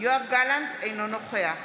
יואב גלנט, אינו נוכח